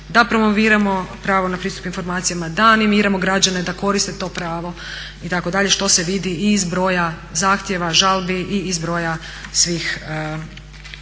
da promoviramo pravo na pristup informacijama, da animiramo građane da koriste to pravo itd., što se vidi i iz broja zahtjeva, žalbi i iz broja svih